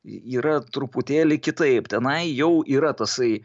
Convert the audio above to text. yra truputėlį kitaip tenai jau yra tasai